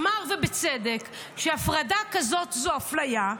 אמר ובצדק שהפרדה כזאת זו אפליה,